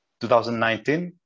2019